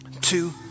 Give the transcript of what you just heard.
two